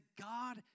God